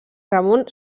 ramon